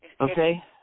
Okay